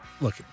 look